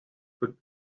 but